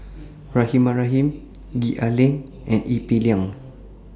Rahimah Rahim Gwee Ah Leng and Ee Peng Liang